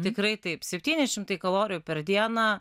tikrai taip septyni šimtai kalorijų per dieną